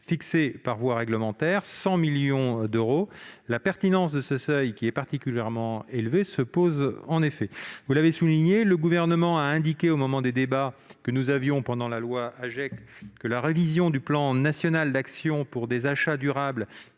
fixé par voie réglementaire : 100 millions d'euros. La pertinence de ce seuil particulièrement élevé se pose en effet. Vous l'avez souligné, le Gouvernement avait indiqué, au moment des débats sur la loi AGEC, que la révision du plan national d'action pour des achats durables